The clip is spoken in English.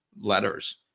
letters